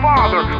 Father